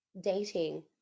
dating